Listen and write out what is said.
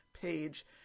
page